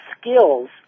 skills